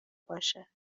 باشه